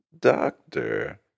Doctor